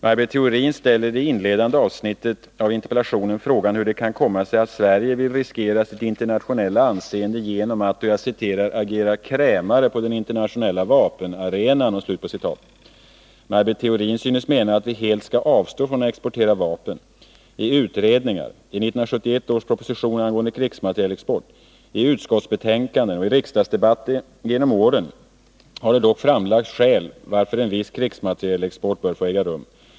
Maj Britt Theorin ställer i det inledande avsnittet av interpellationen frågan hur det kan komma sig att Sverige vill riskera sitt internationella anseende genom att ”agera krämare på den internationella vapenare Maj Britt Theorin synes mena att vi helt skall avstå från att exportera vapen. I utredningar, i 1971 års proposition angående krigsmaterielexport, i utskottsbetänkanden och riksdagsdebatter genom åren har dock framlagts skäl till att en viss krigsmaterielexport bör få äga rum.